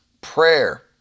prayer